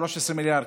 13 מיליארד?